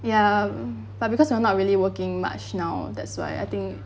ya but because we're not really working much now that's why I think